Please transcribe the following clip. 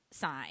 sign